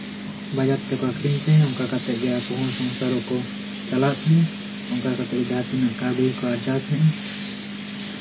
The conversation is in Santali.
ᱵᱟᱡᱟᱨ ᱛᱮᱠᱚ ᱟᱠᱷᱨᱤᱧ ᱠᱟᱛᱮᱜ ᱜᱮ ᱟᱠᱦᱚᱸ ᱥᱚᱝᱥᱟᱨ ᱠᱚ ᱪᱟᱞᱟᱣ ᱮᱫ ᱛᱟᱦᱮᱜ ᱚᱱᱠᱟ ᱠᱟᱛᱮᱜ ᱜᱮ ᱡᱟᱦᱟᱸ ᱛᱤᱱᱟᱹᱜ ᱠᱟᱹᱣᱰᱤ ᱠᱚᱠᱚ ᱛᱟᱦᱮᱸᱜᱼᱟ